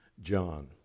John